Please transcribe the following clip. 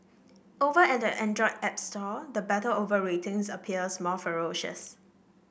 over at the Android app store the battle over ratings appears more ferocious